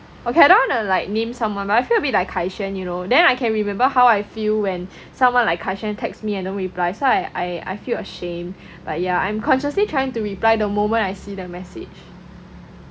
okay I don't wanna like name someone but I feel a bit like kai xuan you know then I can remember how I feel when someone like kai xuan text me and don't reply so I I I feel ashamed but yeah I'm consciously trying to reply the moment I see the message